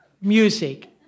music